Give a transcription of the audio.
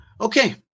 Okay